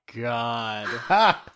god